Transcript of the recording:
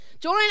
Join